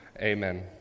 amen